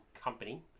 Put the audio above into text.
company